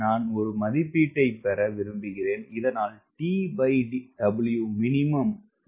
நான் ஒரு மதிப்பீட்டைப் பெற விரும்புகிறேன் இதனால் TW minimum எளிதாகக் கண்டுபிடிக்க முடியும்